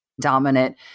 dominant